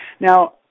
Now